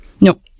No